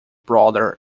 brother